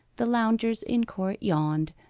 the loungers in court yawned,